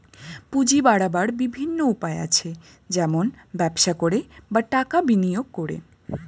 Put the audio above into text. পুঁজি বাড়াবার বিভিন্ন উপায় আছে, যেমন ব্যবসা করে, বা টাকা বিনিয়োগ করে